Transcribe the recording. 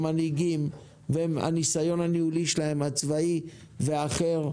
מנהיגים והנסיון הניהולי שלהם הצבאי והאחר,